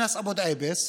אנאס אבו דאבס,